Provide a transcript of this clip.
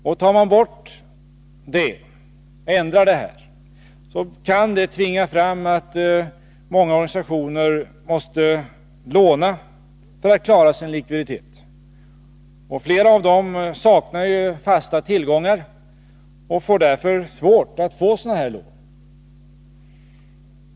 Ändrar man det kan det tvinga många organisationer attlåna för att klara sin likviditet. Flera av dem saknar fasta tillgångar och får därför svårt att få lån.